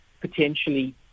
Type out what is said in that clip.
potentially